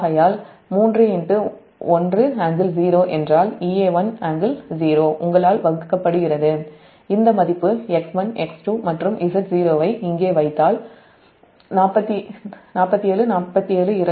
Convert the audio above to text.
ஆகையால் 31∟0 என்றால் Ea 1∟0 உங்களால் வகுக்கப்படுகிறது இந்த மதிப்பு X1X2 மற்றும் Z0 ஐ இங்கே வைத்தால் If 9